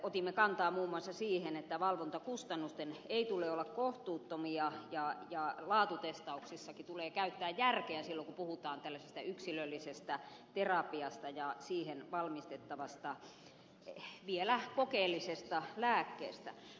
otimme kantaa muun muassa siihen että valvontakustannusten ei tule olla kohtuuttomia ja laatutestauksissakin tulee käyttää järkeä silloin kun puhutaan tällaisesta yksilöllisestä terapiasta ja siihen valmistettavasta vielä kokeellisesta lääkkeestä